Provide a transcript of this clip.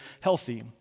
healthy